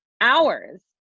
hours